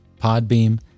Podbeam